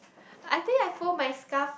I think I fold my scarf